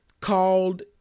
called